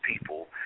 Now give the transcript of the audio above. people